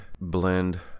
blend